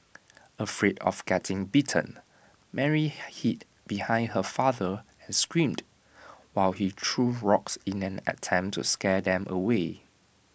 afraid of getting bitten Mary hid behind her father and screamed while he threw rocks in an attempt to scare them away